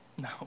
No